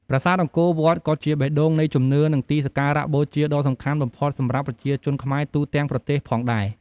ប្រាសាទអង្គរវត្តក៏ជា បេះដូងនៃជំនឿ និងទីសក្ការៈបូជាដ៏សំខាន់បំផុតសម្រាប់ប្រជាជនខ្មែរទូទាំងប្រទេសផងដែរ។